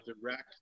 direct